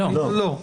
לא.